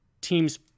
teams